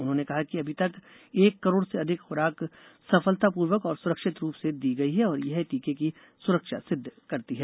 उन्होंने कहा कि अभी तक एक करोड़ से अधिक खुराक सफलतापूर्वक और सुरक्षित रूप से दी गई है और यह टीके की सुरक्षा सिद्ध करती है